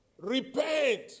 Repent